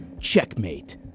Checkmate